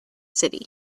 city